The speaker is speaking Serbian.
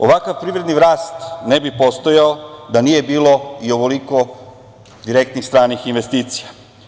Ovakav privredni rast ne bi postojao da nije bilo i ovoliko direktnih stranih investicija.